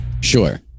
Sure